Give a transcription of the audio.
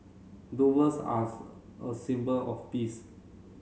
are a symbol of peace